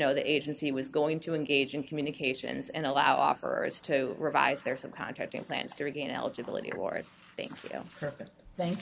know the agency was going to engage in communications and allow offerers to revise their some contracting plans t